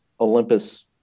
Olympus